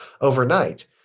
overnight